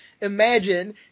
imagine